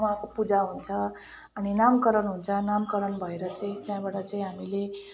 उहाँको पूजा हुन्छ अनि नामकरण हुन्छ नामकरण भएर चाहिँ त्यहाँबाट चाहिँ हामीले